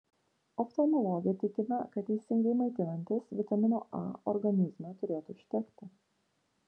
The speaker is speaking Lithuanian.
oftalmologė tikina kad teisingai maitinantis vitamino a organizme turėtų užtekti